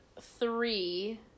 three